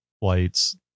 flights